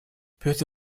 петр